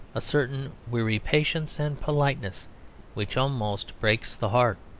a certain weary patience and politeness which almost breaks the heart.